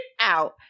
out